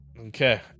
Okay